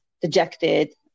dejected